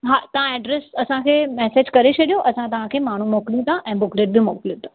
हा तव्हां एड्रेस असांखे मैसेज करे छॾियो असां तव्हां खे माण्हू मोकिलियूं था ऐं बुकलेट बि मोकिलियूं था